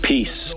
Peace